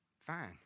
Fine